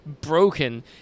broken